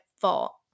fault